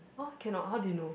!huh! cannot how do you know